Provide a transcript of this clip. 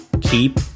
keep